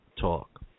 talk